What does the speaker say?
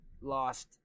Lost